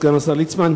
סגן השר ליצמן,